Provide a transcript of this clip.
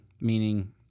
meaning